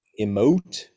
emote